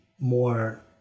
More